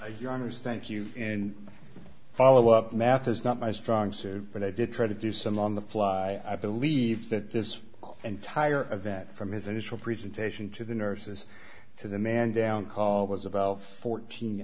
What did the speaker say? honour's thank you and follow up math is not my strong suit but i did try to do some on the fly i believe that this entire event from his initial presentation to the nurses to the man down call was about fourteen